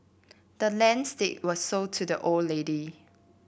the land's deed was sold to the old lady